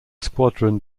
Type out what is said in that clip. squadron